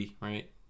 right